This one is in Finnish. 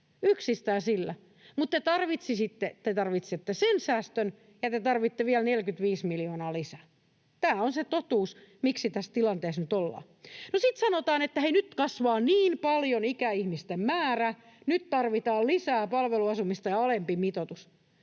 yksistään sillä. Mutta te tarvitsette sen säästön, ja te tarvitsette vielä 45 miljoonaa lisää. Tämä on se totuus, miksi tässä tilanteessa nyt ollaan. Sitten sanotaan, että hei, nyt kasvaa niin paljon ikäihmisten määrä, nyt tarvitaan lisää palveluasumista ja alempi mitoitus.